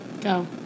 Go